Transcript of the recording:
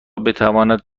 بتواند